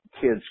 kids